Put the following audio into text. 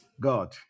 God